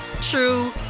true